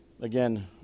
Again